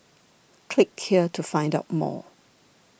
click here to find out more